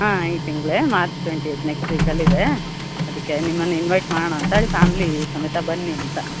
ಹಾಂ ಈ ತಿಂಗಳೆ ಮಾರ್ಚ್ ಟ್ವೆಂಟಿ ಏಯ್ತ್ ನೆಕ್ಸ್ಟ್ ವೀಕಲ್ಲಿ ಇದೆ ಅದಕ್ಕೆ ನಿಮ್ಮನ್ನು ಇನ್ವೈಟ್ ಮಾಡೋಣ ಅಂತೇಳಿ ಫ್ಯಾಮ್ಲೀ ಸಮೇತ ಬನ್ನಿ ಅಂತ